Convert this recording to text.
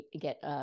get